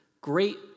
Great